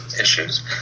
issues